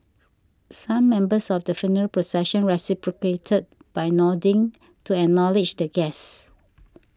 some members of the funeral procession reciprocated by nodding to acknowledge the guests